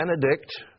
Benedict